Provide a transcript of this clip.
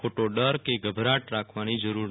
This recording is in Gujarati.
ખોટો ડર કે ગભરાટ રાખવાની જરૂર નથી